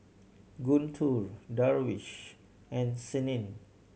Guntur Darwish and Senin